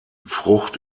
frucht